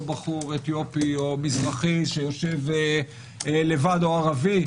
בחור אתיופי או מזרחי שיושב לבד או ערבי,